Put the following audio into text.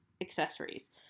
Accessories